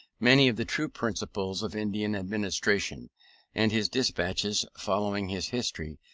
many of the true principles of indian administration and his despatches, following his history,